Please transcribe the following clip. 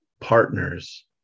partners